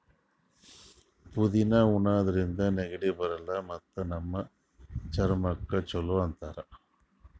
ಪುದಿನಾ ಉಣಾದ್ರಿನ್ದ ನೆಗಡಿ ಬರಲ್ಲ್ ಮತ್ತ್ ನಮ್ ಚರ್ಮಕ್ಕ್ ಛಲೋ ಅಂತಾರ್